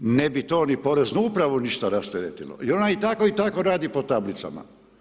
Ne bi to ni poreznu upravu ništa rasteretilo jer ona tako i tako radi po tablicama.